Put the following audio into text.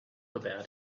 about